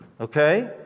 okay